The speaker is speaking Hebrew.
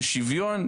לשוויון,